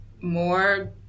more